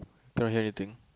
cannot hear anything